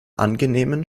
angenehmen